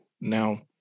Now